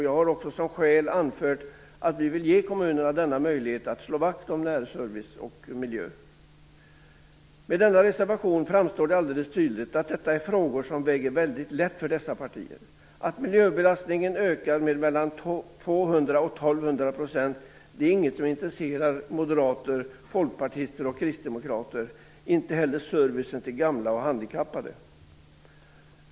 Jag har också som skäl anfört att vi vill ge kommunerna denna möjlighet att slå vakt om närservice och miljö. Med denna reservation framstår det alldeles tydligt att detta är frågor som väger väldigt lätt för dessa partier. Att miljöbelastningen ökar med mellan 200 och 1 200 % är ingenting som intresserar moderater, folkpartister och kristdemokrater; det gör inte heller servicen till gamla och handikappade.